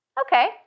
Okay